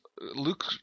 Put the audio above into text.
Luke